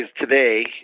today